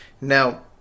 Now